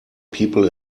people